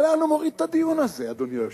אבל לאן הוא מוריד את הדיון הזה, אדוני היושב-ראש?